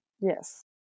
Yes